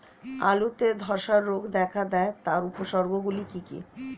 আলুতে ধ্বসা রোগ দেখা দেয় তার উপসর্গগুলি কি কি?